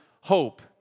hope